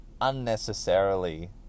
unnecessarily